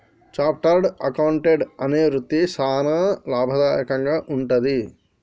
chartered accountant అనే వృత్తి సానా లాభదాయకంగా వుంటది